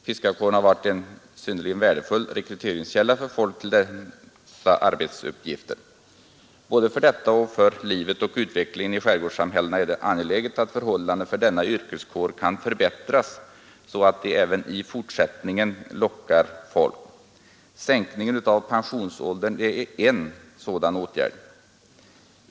Fiskarkåren har varit en synnerligen värdefull rekryteringskälla när det gällt att få folk till dessa arbetsuppgifter. Både för detta och för livet och utvecklingen i skärgårdssamhällena är det angeläget att förhållandena för denna yrkeskår kan förbättras så att de även i fortsättningen lockar folk. Sänkningen av pensionsåldern är en sådan åtgärd.